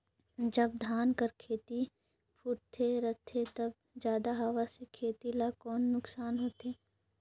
जब धान कर खेती फुटथे रहथे तब जादा हवा से खेती ला कौन नुकसान होथे?